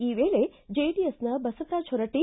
ಈ ವೇಳೆ ಜೆಡಿಎಸ್ನ ಬಸವರಾಜ ಹೊರಟ್ಟ